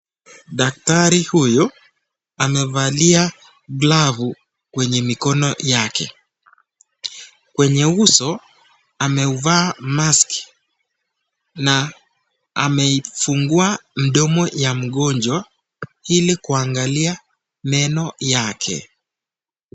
Daktari huyo amevalia glavu kwenye mikono yake. Kwenye uso ameuvaa maski na amefungua mdomo ya mgonjwa ili kuangalia meno yake.